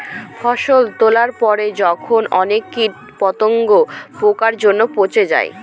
ফসল তোলার পরে যখন অনেক কীট পতঙ্গ, পোকার জন্য পচে যায়